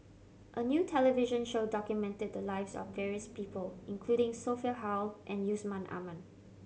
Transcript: a new television show documented the lives of various people including Sophia Hull and Yusman Aman